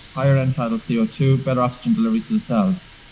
higher end-tidal c o two, better oxygen delivery to the cells,